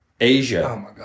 Asia